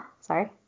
Sorry